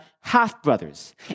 half-brothers